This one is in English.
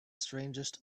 strangest